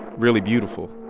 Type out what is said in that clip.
really beautiful